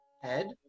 head